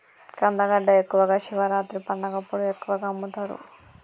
కందగడ్డ ఎక్కువగా శివరాత్రి పండగప్పుడు ఎక్కువగా అమ్ముతరు